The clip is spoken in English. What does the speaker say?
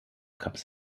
comes